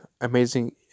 amazing